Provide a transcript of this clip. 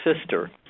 sister